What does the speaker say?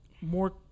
more